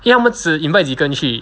因为他们只 invite 几个人去